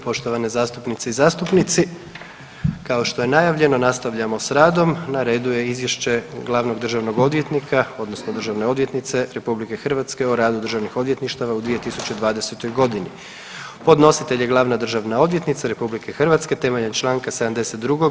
poštovane zastupnice i zastupnici, kao što je najavljeno nastavljamo s radom, na redu je: - Izvješće glavnog državnog odvjetnika odnosno državne odvjetnice RH o radu državnih odvjetništava u 2020. godini Podnositelj je glavna državna odvjetnica RH temeljem Članka 72.